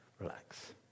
relax